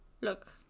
Look